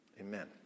amen